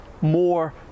more